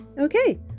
Okay